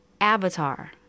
avatar